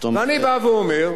ואני בא ואומר,